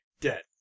dead